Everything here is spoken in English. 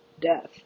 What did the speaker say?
Death